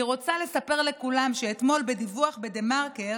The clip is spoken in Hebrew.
אני רוצה לספר לכולם שאתמול בדיווח בדה-מרקר